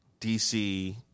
DC